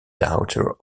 daughter